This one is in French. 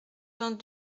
vingt